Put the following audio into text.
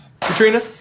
Katrina